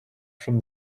from